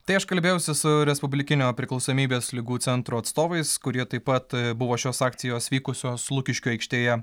tai aš kalbėjausi su respublikinio priklausomybės ligų centro atstovais kurie taip pat buvo šios akcijos vykusios lukiškių aikštėje